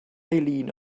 eileen